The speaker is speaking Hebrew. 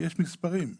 יש מספרים של